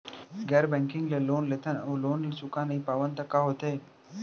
गैर बैंकिंग ले लोन लेथन अऊ लोन ल चुका नहीं पावन त का होथे?